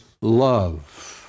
love